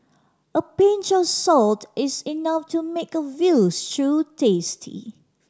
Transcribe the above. a pinch of salt is enough to make a veal stew tasty